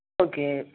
okay